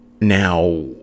Now